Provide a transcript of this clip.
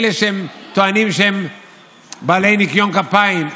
אלה שטוענים שהם בעלי ניקיון כפיים,